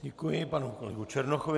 Děkuji panu kolegovi Černochovi.